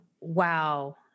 wow